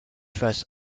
faces